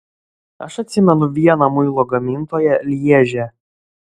aš atsimenu vieną muilo gamintoją lježe